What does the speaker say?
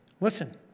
Listen